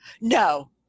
No